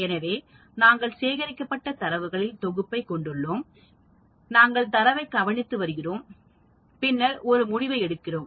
எனவே நாங்கள் சேகரிக்கப்பட்ட தரவுகளின் தொகுப்பைக் கொண்டுள்ளோம் நாங்கள் தரவைக் கவனித்து வருகிறோம் பின்னர் ஒரு முடிவை எடுக்கிறோம்